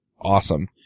awesome